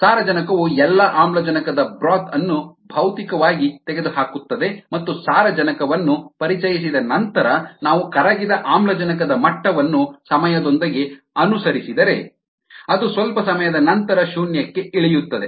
ಸಾರಜನಕವು ಎಲ್ಲಾ ಆಮ್ಲಜನಕದ ಬ್ರೋತ್ ಅನ್ನು ಭೌತಿಕವಾಗಿ ತೆಗೆದುಹಾಕುತ್ತದೆ ಮತ್ತು ಸಾರಜನಕವನ್ನು ಪರಿಚಯಿಸಿದ ನಂತರ ನಾವು ಕರಗಿದ ಆಮ್ಲಜನಕದ ಮಟ್ಟವನ್ನು ಸಮಯದೊಂದಿಗೆ ಅನುಸರಿಸಿದರೆ ಅದು ಸ್ವಲ್ಪ ಸಮಯದ ನಂತರ ಶೂನ್ಯಕ್ಕೆ ಇಳಿಯುತ್ತದೆ